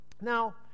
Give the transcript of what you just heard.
Now